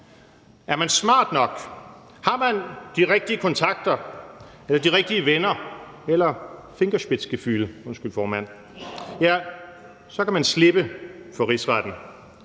er man smart nok, har man de rigtige kontakter, de rigtige venner eller fingerspitzengefühl – undskyld, formand – så kan man slippe for Rigsretten.